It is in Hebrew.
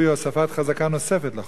ולכן מייד אחר כך נעבור להצבעה.